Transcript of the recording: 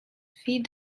feed